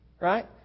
Right